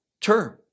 term